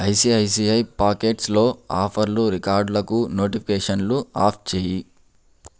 ICICI పాకెట్స్లో ఆఫర్లు రివార్డులకు నోటిఫికకేషన్లు ఆఫ్ చేయి